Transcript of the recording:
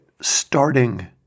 starting